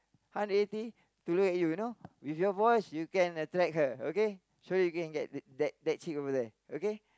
hundred eighty to look at you you know with your voice you can attract her okay show you again okay that that chick over there okay